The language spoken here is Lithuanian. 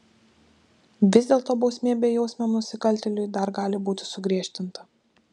vis dėlto bausmė bejausmiam nusikaltėliui dar gali būti sugriežtinta